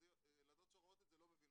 ילדות שרואות את זה לא מבינות.